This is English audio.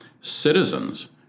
citizens